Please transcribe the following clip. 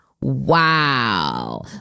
wow